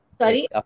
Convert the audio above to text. sorry